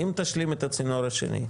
אם תשלים את הצינור השני,